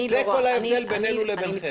זה ההבדל בינינו לביניכם.